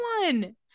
one